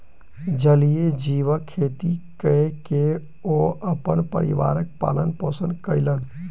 जलीय जीवक खेती कय के ओ अपन परिवारक पालन पोषण कयलैन